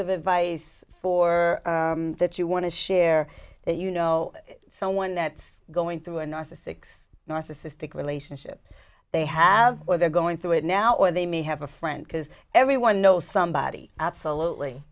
of advice for that you want to share that you know someone that's going through an arse a six narcissistic relationship they have or they're going through it now or they may have a friend because everyone knows somebody absolutely